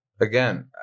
again